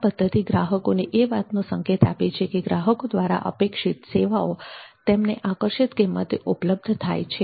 આ પદ્ધતિ ગ્રાહકોને એ વાતનો સંકેત આપે છે કે ગ્રાહકો દ્વારા અપેક્ષિત સેવાઓ તેમને આકર્ષક કિંમતે ઉપલબ્ધ થાય તેમ છે